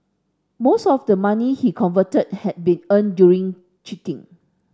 most of the money he converted had been earned during cheating